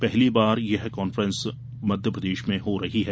पहली बार यह कांफ्रेंस मध्यप्रदेश में हो रही है